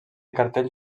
cartell